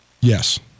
yes